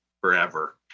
forever